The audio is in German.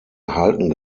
erhalten